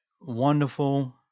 wonderful